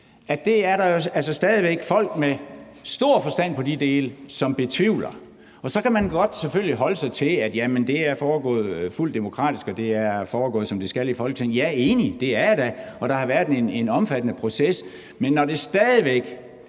er der jo altså stadig væk folk med stor forstand på de dele, som betvivler. Så kan man selvfølgelig godt holde sig til, at det er foregået fuldt demokratisk, og at det er foregået, som det skal, i Folketinget – og jeg er enig, det er jeg da, og der har været en omfattende proces – men når det stadig væk